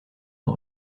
nos